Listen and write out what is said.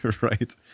right